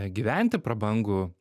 gyventi prabangų